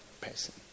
person